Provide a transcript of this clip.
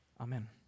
Amen